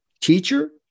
teacher